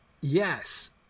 Yes